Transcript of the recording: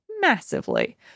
massively